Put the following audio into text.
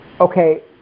Okay